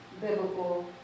biblical